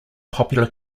popular